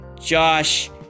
Josh